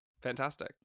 fantastic